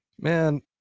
man